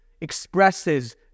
expresses